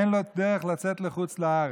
אין לו דרך לצאת לחוץ לארץ.